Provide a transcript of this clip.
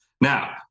Now